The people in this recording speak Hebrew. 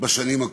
בשנים הקרובות.